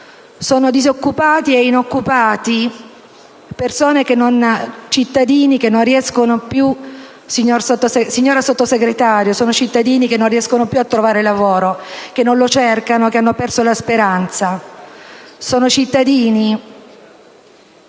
sono disoccupati e inoccupati, cittadini che non riescono più a trovare lavoro, che non lo cercano, che hanno perso la speranza. Sono cittadini